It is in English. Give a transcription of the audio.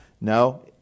No